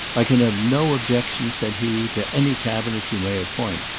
i can have no objection, said he, to any cabinet you may appoint,